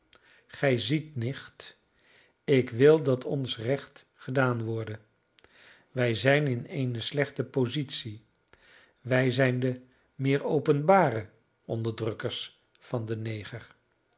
gij ziet nicht ik wil dat ons recht gedaan worde wij zijn in eene slechte positie wij zijn de meer openbare onderdrukkers van den neger